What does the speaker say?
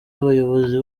abayobozi